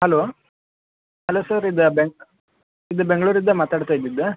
hello hello sir ಇದು ಬೆಂಗ ಇದು ಬೆಂಗಳೂರಿಂದ ಮಾತಾಡ್ತಾಯಿದ್ದಿದ್ದು